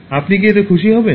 আপনি কি এতে খুশি হবেন